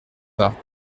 pas